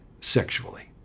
sexually